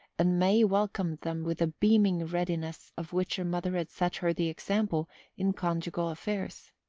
and may welcomed them with the beaming readiness of which her mother had set her the example in conjugal affairs.